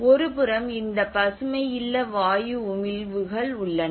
ஒருபுறம் இந்த பசுமை இல்ல வாயு உமிழ்வுகள் உள்ளன